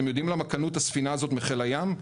אתם יודעים למה קנו את הספינה הזאת מחיל הים?